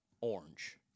orange